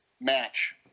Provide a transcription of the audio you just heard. match